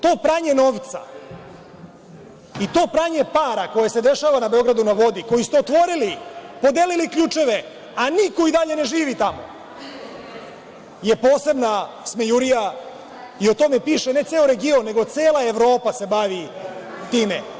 To pranje novca i to pranje para koje se dešava na „Beogradu na vodi“ koji ste otvorili, podelili ključeve, a niko i dalje ne živi tamo, je posebna smejurija i o tome piše, ne ceo region, nego se cela Evropa bavi time.